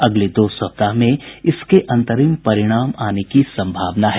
अगले दो सप्ताह में इसके अंतरिम परिणाम आने की संभावना है